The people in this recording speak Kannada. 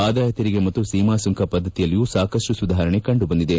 ಆದಾಯ ತೆರಿಗೆ ಮತ್ತು ಸೀಮಾ ಸುಂಕ ಪದ್ದತಿಯಲ್ಲಿಯೂ ಸಾಕಷ್ಟು ಸುಧಾರಣೆ ಕಂಡು ಬಂದಿದೆ